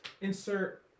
insert